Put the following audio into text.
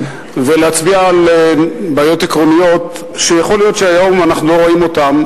ולהצביע על בעיות עקרוניות שיכול להיות שהיום אנחנו לא רואים אותן,